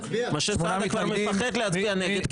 משה סעדה מפחד להצביע נגד.